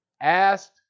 asked